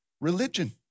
religion